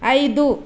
ಐದು